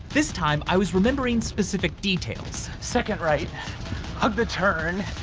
this time i was remembering specific details. second, right of the turn,